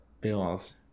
Bills